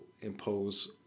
impose